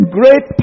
great